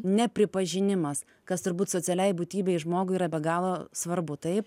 nepripažinimas kas turbūt socialiai būtybei žmogui yra be galo svarbu taip